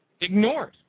ignored